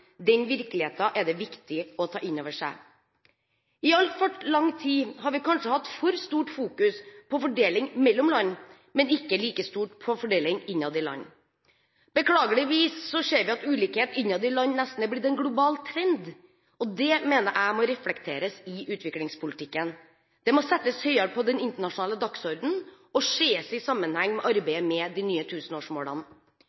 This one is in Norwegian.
Den virkeligheten er det viktig å ta inn over seg. I altfor lang tid har vi kanskje fokusert for mye på fordeling mellom land og ikke like mye på fordeling innad i land. Beklageligvis ser vi at ulikhet innad i land nesten er blitt en global trend. Det mener jeg må reflekteres i utviklingspolitikken. Det må settes høyere på den internasjonale dagsordenen og ses i sammenheng med